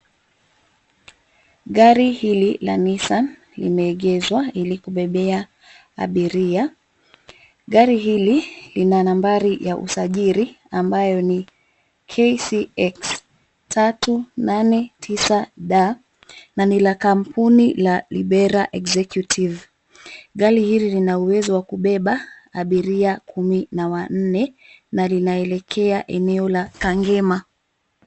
Gari hili la nissan limeegezwa ili kubebea abiria. Gari hili lina nambari ya usajili ambayo ni, KCX 389D na ni la kampuni ya Libera Executive . Gari hili lina uwezo wa kubeba abiria kumi na wanne na lina elekea eneo la kangema.